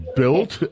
built